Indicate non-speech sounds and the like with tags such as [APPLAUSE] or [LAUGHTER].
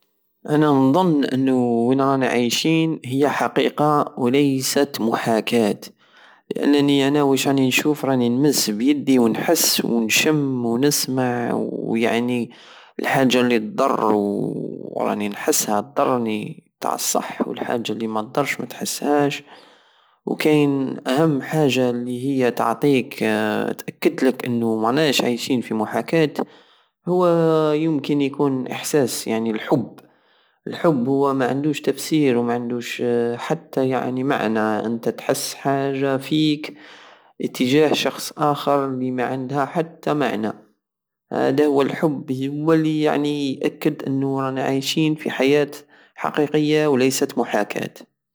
انا نضن انو وين رانا عايشين هي حقيقة وليست محاكات لانني وش راني نشوف راني نمس بيدي ونحس ونشم ونسمع ويعني الحاجة الضر و [HESITATION] راني نحسها الضرني تع الصح والحاجة الي ماضرش ماتحسهاش وكاين أهم حاجة الي هي تعطيك- تاكدلك انو ماناش عايشين في موحاكات هو يمكن يكون احساس الحب الحب هو معندوش تفسير ومعندوش حتى يعني معنى انت تحس حاجة فيك اتجاه شخص اخر الي ماعندها حتا معنى هدا هو الحب هو اليعني يأكد انو رانا عايشين حيات حقيقية وليست محاكات